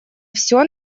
всё